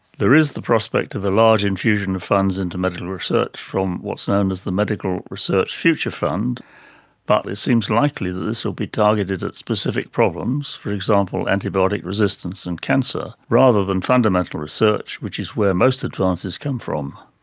there is the prospect of a large infusion of funds into medical research from what's known as the medical research future fund but it seems likely that this will be targeted at specific problems e. g. antibiotic resistance, and cancer, rather than fundamental research, which is where most advances come from.